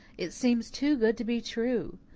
it seems too good to be true.